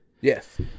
Yes